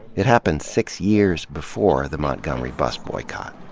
it happened six years before the montgomery bus boycott.